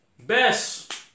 best